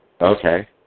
Okay